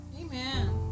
Amen